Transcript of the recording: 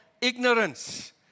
ignorance